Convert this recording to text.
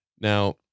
now